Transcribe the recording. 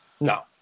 No